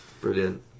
brilliant